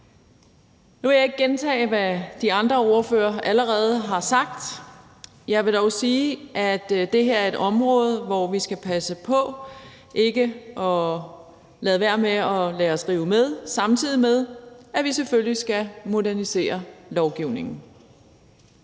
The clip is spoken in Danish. Nu vil jeg ikke gentage, hvad de andre ordførere allerede har sagt. Jeg vil dog sige, at det her er et område, hvor vi skal passe på ikke at lade rive os med, samtidig med at vi selvfølgelig skal modernisere lovgivningen.